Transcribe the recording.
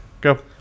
go